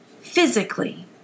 Physically